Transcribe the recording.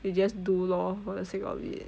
you just do lor for the sake of it